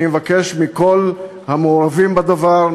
אני מבקש מכל המעורבים בדבר,